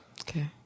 Okay